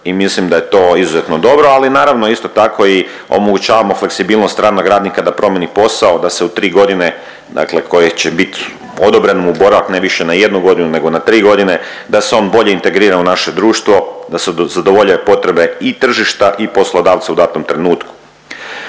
mislim da je to izuzetno dobro ali naravno isto tako i omogućavamo fleksibilnost stranog radnika da promijeni posao da se u 3 godine, dakle koje će biti odobren mu boravak ne više na jednu godinu nego na 3 godine da se on bolje integrira u naše društvo da se zadovolje potrebe i tržišta i poslodavca u datom trenutku.